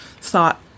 thought